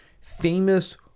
famous